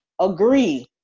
agree